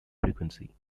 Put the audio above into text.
frequency